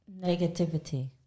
negativity